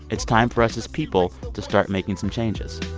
it's time for us as people to start making some changes